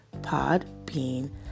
Podbean